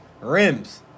rims